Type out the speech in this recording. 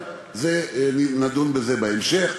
אבל בזה נדון בהמשך.